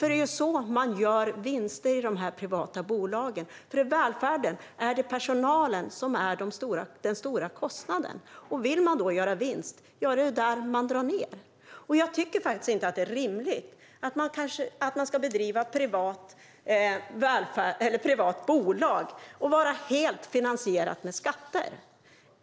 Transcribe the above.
Det är på det sättet de privata bolagen gör vinster. Inom välfärden är personalen den stora kostnaden, och om man vill göra vinst är det där man drar ned. Jag tycker inte att det är rimligt att man kan driva ett privat bolag som är helt finansierat av skatter.